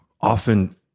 often